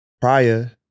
prior